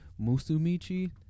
musumichi